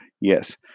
Yes